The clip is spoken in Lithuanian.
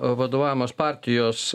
vadovaujamos partijos